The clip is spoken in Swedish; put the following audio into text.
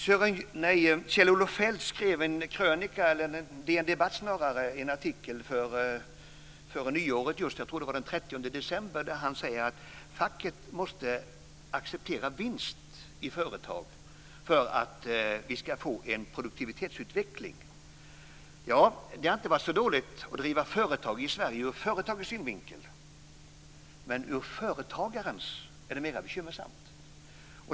Kjell-Olof Feldt skrev en debattartikel före nyår - jag tror att det var den 30 december - där han skrev att facket måste acceptera vinst i företag för att vi ska få en produktivitetsutveckling. Ja, det har inte varit så dåligt att driva företag i Sverige ur företagens synvinkel, men ur företagarens är det mera bekymmersamt.